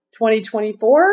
2024